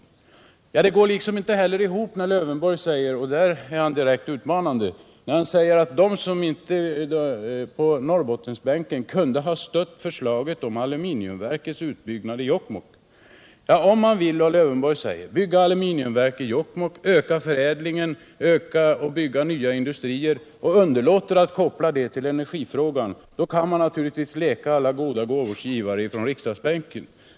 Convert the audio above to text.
Det går liksom inte heller ihop när herr Lövenborg — och där är han direkt utmanande — talar om dem på Norrbottensbänken som inte kunde ha stött förslaget om aluminiumverkets utbyggnad i Jokkmokk. Om man vill, som herr Lövenborg säger, bygga aluminiumverk i Jokkmokk, öka förädlingen, bygga nya industrier, och underlåter att koppla detta till energifrågan, då kan man naturligtvis leka alla goda gåvors givare från riksdagsbänken.